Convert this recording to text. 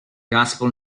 gospel